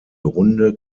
runde